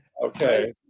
Okay